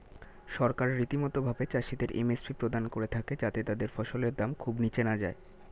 সরকার রীতিমতো ভাবে চাষিদের এম.এস.পি প্রদান করে থাকে যাতে তাদের ফসলের দাম খুব নীচে না যায়